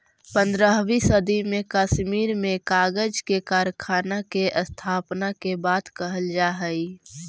पँद्रहवीं सदी में कश्मीर में कागज के कारखाना के स्थापना के बात कहल जा हई